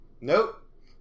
Nope